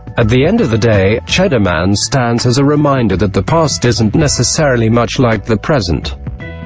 at the end of the day, cheddar man stands as a reminder that the past isn't necessarily much like the present.